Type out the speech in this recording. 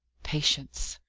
patience,